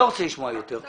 אני לא רוצה לשמוע יותר.